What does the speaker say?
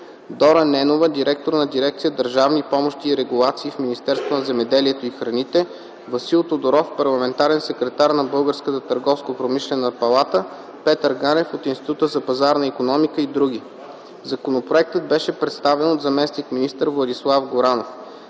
Дора Ненова – директор на дирекция „Държавни помощи и регулации” в Министерството на земеделието и храните, Васил Тодоров – парламентарен секретар на Българската търговско-промишлена палата, Петър Ганев от Института за пазарна икономика и др. Законопроектът беше представен от заместник-министър Владислав Горанов.